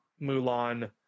mulan